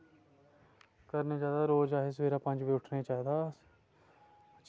करना चाहिदा रोज़ अस पंज बजे उट्ठने चाहिदा